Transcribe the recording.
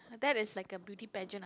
that is like a beauty pageant ah